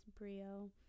Brio